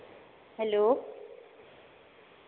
hello